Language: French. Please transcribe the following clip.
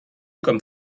comme